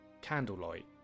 candlelight